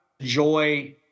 joy